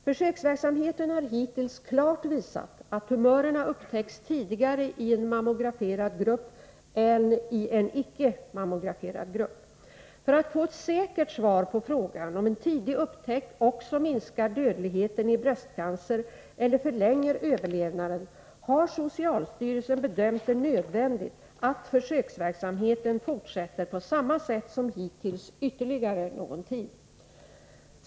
Försöksverksamheten har hittills klart visat att tumörerna upptäcks tidigare i en mammograferad grupp än i en icke mammograferad grupp. För att få ett säkert svar på frågan om en tidig upptäckt också minskar dödligheten i bröstcancer eller förlänger överlevnaden har socialstyrelsen bedömt det nödvändigt att försöksverksamheten fortsätter på samma sätt som hittills ytterligare någon tid.